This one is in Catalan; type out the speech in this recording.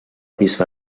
bisbe